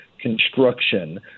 construction